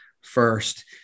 first